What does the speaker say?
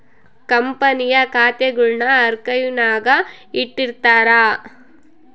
ಕಂಪನಿಯ ಖಾತೆಗುಳ್ನ ಆರ್ಕೈವ್ನಾಗ ಇಟ್ಟಿರ್ತಾರ